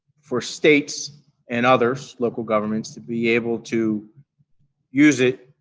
for states and others, local governments to be able to use it